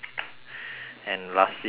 and lastly will be purple